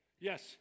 Yes